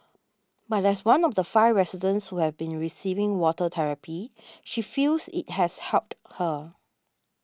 but as one of the five residents who have been receiving water therapy she feels it has helped her